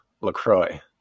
LaCroix